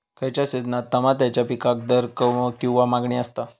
खयच्या सिजनात तमात्याच्या पीकाक दर किंवा मागणी आसता?